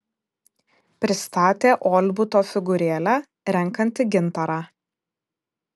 pristatė olbuto figūrėlę renkanti gintarą